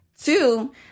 Two